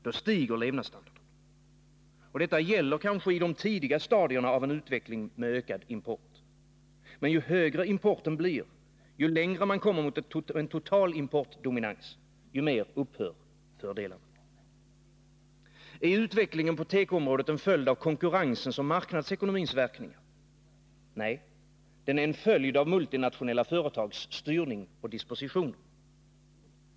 Då stiger levnadsstandarden. Detta gäller kanske i de tidigare stadierna av en utveckling med ökad import. Men ju högre importen blir, ju längre man kommer mot en total importdominans — desto mer upphör fördelarna. Är utvecklingen på tekoområdet en följd av konkurrensens och marknadsekonomins verkningar? Nej, den är en följd av multinationella företags styrning och dispositioner.